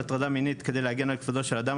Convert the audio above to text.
הטרדה מינית כדי להגן על כבודו של אדם,